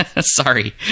Sorry